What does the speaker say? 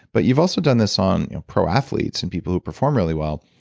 but you've also done this on pro athletes and people who perform really well.